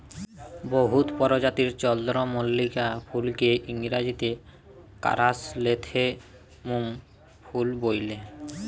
বহুত পরজাতির চল্দ্রমল্লিকা ফুলকে ইংরাজিতে কারাসলেথেমুম ফুল ব্যলে